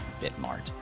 bitmart